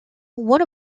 one